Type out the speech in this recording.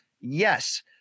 Yes